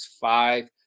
five